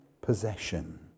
possession